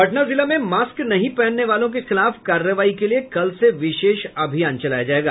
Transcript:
पटना जिला में मास्क नहीं पहनने वालों के खिलाफ कार्रवाई के लिए कल से विशेष अभियान चलाया जायेगा